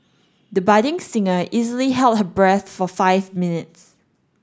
the budding singer easily held her breath for five minutes